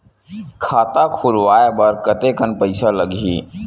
खाता खुलवाय बर कतेकन पईसा लगही?